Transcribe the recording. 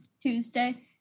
Tuesday